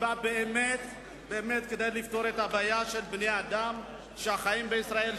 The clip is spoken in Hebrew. נועדה באמת לפתור בעיה של בני-אדם שחיים במדינת ישראל,